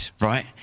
right